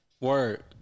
Word